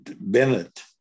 Bennett